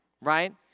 right